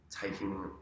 taking